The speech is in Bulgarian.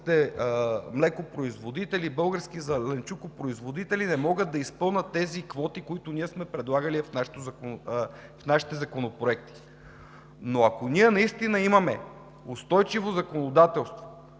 млекопроизводители, зеленчукопроизводители не могат да изпълнят квотите, които сме предлагали в нашите законопроекти. Ако ние наистина имаме устойчиво законодателство,